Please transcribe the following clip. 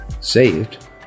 saved